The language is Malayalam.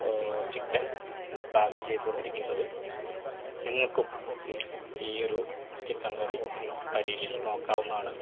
ചിക്കൻ പാകം ചെയ്തുകൊണ്ടിരിക്കുന്നത് നിങ്ങൾക്കും ഈയൊരു ചിക്കൻ കറി പരീക്ഷിച്ചുനോക്കാവുന്നാണ്